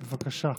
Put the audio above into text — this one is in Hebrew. בבקשה,